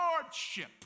lordship